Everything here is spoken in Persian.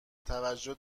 توجه